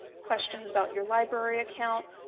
questions about your library account,